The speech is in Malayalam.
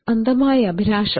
അന്ധമായ അഭിലാഷം